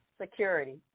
Security